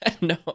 no